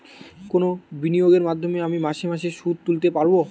কোন বিনিয়োগের মাধ্যমে আমি মাসে মাসে সুদ তুলতে পারবো?